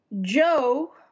joe